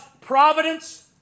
providence